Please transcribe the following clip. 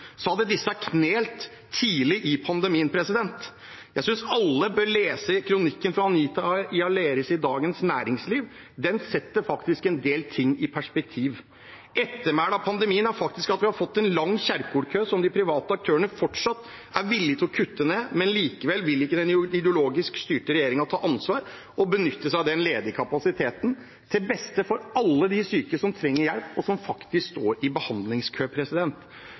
hadde disse knelt tidlig i pandemien. Jeg synes alle bør lese kronikken til Anita Tunold i Aleris i Dagens Næringsliv. Den setter en del ting i perspektiv. Ettermælet fra pandemien er at vi har fått en lang Kjerkol-kø som de private aktørene fortsatt er villig til å kutte ned, men likevel vil ikke den ideologisk styrte regjeringen ta ansvar og benytte seg av den ledige kapasiteten til beste for alle de syke som trenger hjelp, og som faktisk står i behandlingskø.